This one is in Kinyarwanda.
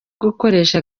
gukoresha